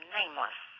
nameless